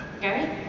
Gary